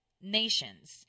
nations